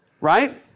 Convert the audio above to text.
right